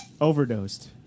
overdosed